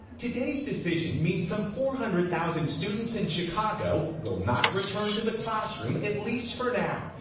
today's decision means some four hundred thousand students in chicago will not return to the classroom at least for now.